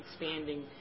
expanding